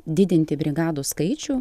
didinti brigadų skaičių